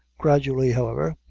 gradually, however,